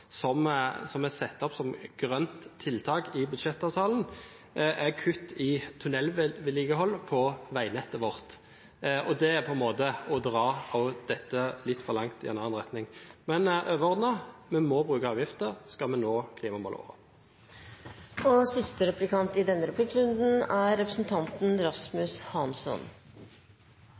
tingene som er satt opp som grønt tiltak i budsjettavtalen, er kutt i tunnelvedlikehold på veinettet vårt. Det er å dra dette litt for langt i en annen retning. Men overordnet: Vi må bruke avgifter hvis vi skal nå klimamålene våre. Jeg og Miljøpartiet De Grønne er helt enig med Senterpartiet i at bruk av natur er